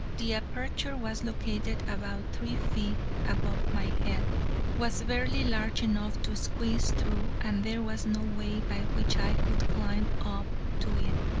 the aperture was located about three feet above my head was barely large enough to squeeze through, and there was no way by which i could climb up to it.